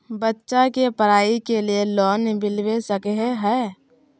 बच्चा के पढाई के लिए लोन मिलबे सके है?